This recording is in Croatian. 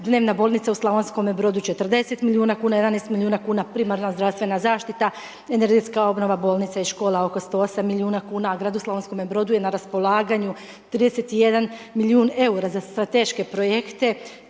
Dnevna bolnica u Slavonskome Brodu 40 milijuna kuna, 11 milijuna kuna primarna zdravstvena zaštita, energetska obnova bolnica i škola oko 108 milijuna kuna, gradu Slavonskome Brodu je na raspolaganju 31 milijun EUR-a za strateške projekte,